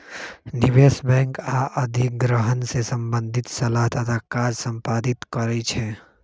निवेश बैंक आऽ अधिग्रहण से संबंधित सलाह तथा काज संपादित करइ छै